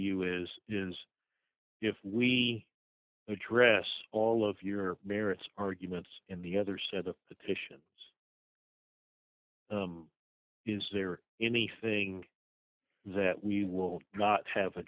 you is is if we address all of your merits arguments in the other set of petitions is there anything that we will not have